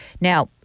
Now